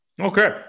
Okay